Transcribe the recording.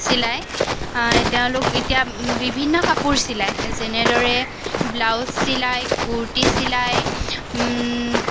চিলায় তেওঁলোক এতিয়া বিভিন্ন কাপোৰ চিলায় যেনেদৰে ব্লাউজ চিলায় কূৰ্তি চিলায়